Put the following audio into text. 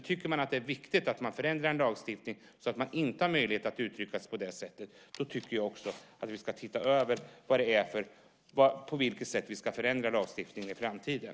Tycker man att det är viktigt att man förändrar en lagstiftning så att man inte har möjlighet att uttrycka sig på det sättet tycker jag också att vi ska titta över på vilket sätt vi ska förändra lagstiftningen i framtiden.